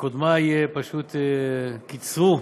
וקודמי פשוט קיצרו,